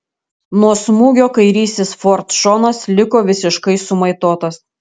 nuo smūgio kairysis ford šonas liko visiškai sumaitotas